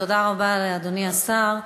תודה רבה לאדוני השר.